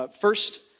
first